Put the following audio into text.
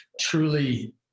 truly